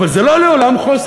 אבל זה לא לעולם חוסן.